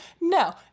No